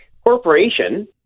corporation